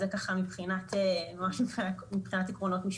זה מבחינת עקרונות משפטיים.